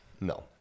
No